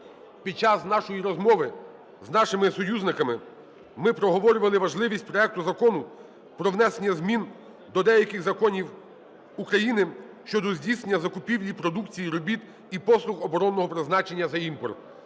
під час нашої розмови з нашими союзниками ми проговорювали важливість проекту Закону про внесення змін до деяких законів України щодо здійснення закупівлі продукції і робіт, і послуг оборонного призначення за імпорт.